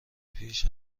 پیش